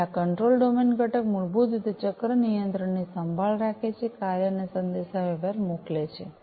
તેથી આ control domain ઘટક મૂળભૂત રીતે ચક્ર નિયંત્રણની સંભાળ રાખે છે કાર્ય અને સંદેશાવ્યવહાર મોકલે છે